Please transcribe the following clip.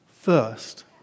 first